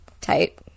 tight